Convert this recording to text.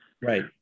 Right